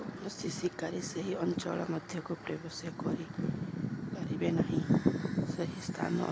କୌଣସି ଶିକାରୀ ସେହି ଅଞ୍ଚଳ ମଧ୍ୟକୁ ପ୍ରବେଶ କରିପାରିବେ ନାହିଁ ସେହି ସ୍ଥାନ